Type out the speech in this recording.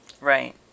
Right